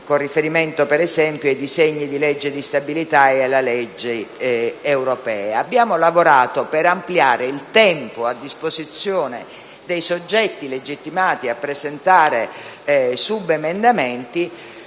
con riferimento - per esempio - ai disegni di legge di stabilità e alla legge europea. Abbiamo lavorato per ampliare il tempo a disposizione dei soggetti legittimati a presentare subemendamenti,